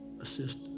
assist